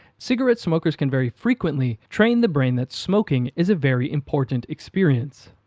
cigarette smokers can very frequently train the brain that smoking is a very important experience.